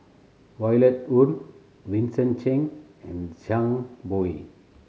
Violet Oon Vincent Cheng and Zhang Bohe